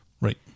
right